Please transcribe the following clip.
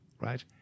Right